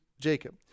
Jacob